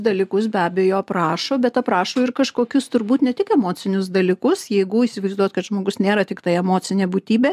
dalykus be abejo aprašo bet aprašo ir kažkokius turbūt ne tik emocinius dalykus jeigu įsivaizduot kad žmogus nėra tiktai emocinė būtybė